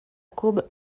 courbe